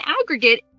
aggregate